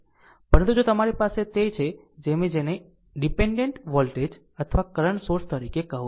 પરંતુ જો તમારી પાસે તે છે જે તમે તેને ડીપેનડેન્ટ વોલ્ટેજ અથવા કરંટ સોર્સ તરીકે કહો છો